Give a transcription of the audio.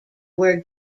where